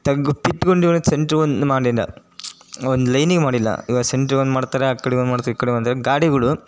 ತಗ್ಗು ಪಿಟ್ ಗುಂಡಿಗಳನ್ನು ಸೆಂಟ್ರಿಗೆ ಒಂದು ಮಾಡಿಲ್ಲ ಒಂದು ಲೈನಿಗೆ ಮಾಡಿಲ್ಲ ಇವಾಗ ಸೆಂಟ್ರಿಗೊಂದು ಮಾಡ್ತಾರೆ ಆ ಕಡೆ ಒಂದು ಮಾಡ್ತಾರೆ ಈ ಕಡೆ ಒಂದು ಗಾಡಿಗಳು